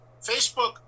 Facebook